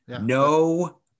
No